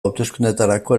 hauteskundeetarako